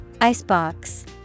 Icebox